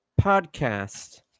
podcast